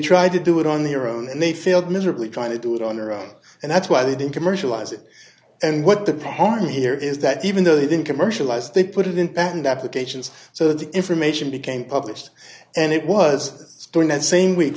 tried to do it on their own and they failed miserably trying to do it on their own and that's why they didn't commercialize it and what the panel here is that even though they didn't commercialize they put it in patent applications so the information became published and it was during that same week